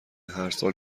هرسال